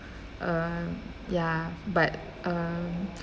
um ya but um